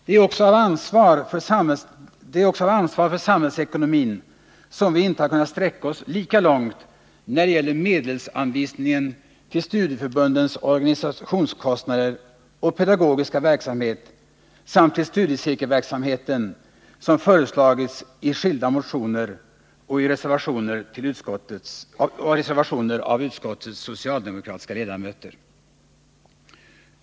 Det är också av ansvar för samhällsekonomin som vi inte har kunnat sträcka oss lika långt när det gäller medelsanvisningen till studieförbundens organisationskostnader och pedagogiska verksamhet samt till studiecirkelverksamheten som föreslagits i skilda motioner och i reservationer av utskottets socialdemokratiska ledamöter.